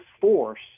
force